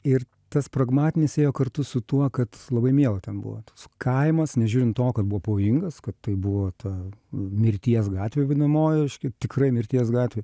ir tas pragmatinis ėjo kartu su tuo kad labai miela ten buvo toks kaimas nežiūrint to kad buvo pavojingas kad tai buvo ta mirties gatvė vadinamoji tikrai mirties gatvė